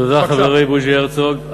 תודה, חברי בוז'י הרצוג.